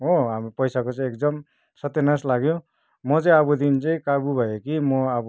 हो अब पैसाको चाहिँ एकदम सत्यनास लाग्यो म चाहिँ अबदेखि चाहिँ काबु भए कि म अब